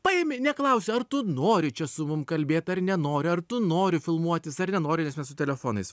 paimi neklausi ar tu nori čia su mum kalbėt ar nenori ar tu nori filmuotis ar nenori nes mes su telefonais